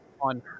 on